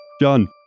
John